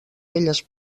velles